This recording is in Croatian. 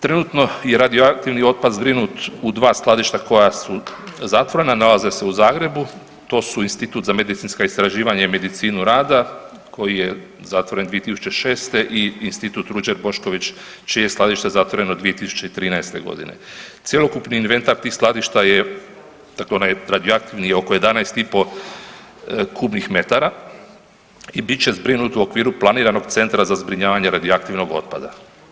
Trenutno je radioaktivni otpad zbrinut u 2 skladišta koja su zatvorena, nalaze se u Zagrebu, to su Institut za medicinska istraživanja i medicinu rada koji je zatvoren 2006. i Institut Ruđer Bošković čije je skladište zatvoreno 2013. g. Cjelokupni inventar tih skladišta je, dakle onaj radioaktivni je oko 11,5 kubnih metara i bit će zbrinut u okviru planiranog centra za zbrinjavanje radioaktivnog otpada.